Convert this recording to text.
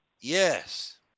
Yes